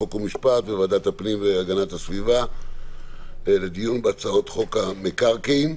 חוק ומשפט וועדת הפנים והגנת הסביבה לדיון בהצעות חוק המקרקעין.